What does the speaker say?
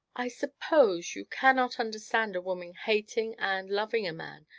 i suppose you cannot understand a woman hating and loving a man,